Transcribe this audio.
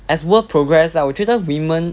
as world progress lah 我觉得 women